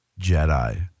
Jedi